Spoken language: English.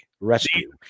rescue